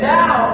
now